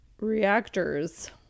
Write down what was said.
reactors